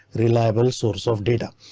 reliable source of data.